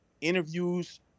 interviews